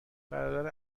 برادر